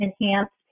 enhanced